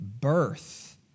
birth